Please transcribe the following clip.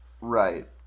Right